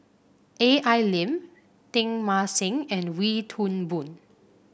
Al Lim Teng Mah Seng and Wee Toon Boon